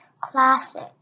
classic